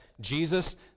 Jesus